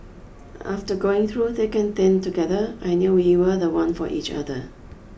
after going through thick and thin together I knew we were the one for each other